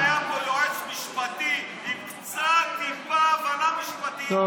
אם היה פה יועץ משפטי עם קצת טיפה הבנה משפטית,